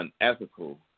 unethical